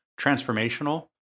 transformational